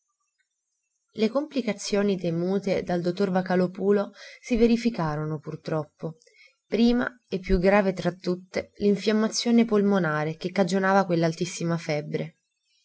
le complicazioni temute dal dottor vocalòpulo si verificarono pur troppo prima e più grave fra tutte l'infiammazione polmonare che cagionava quell'altissima febbre